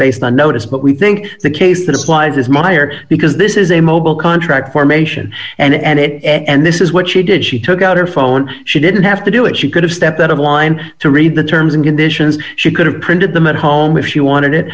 based on notice but we think the case that is life is much higher because this is a mobile contract formation and this is what she did she took out her phone she didn't have to do it she could have stepped out of line to read the terms and conditions she could have printed them at home if she wanted it